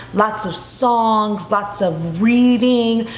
lots of songs, lots of reading,